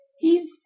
He's